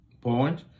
point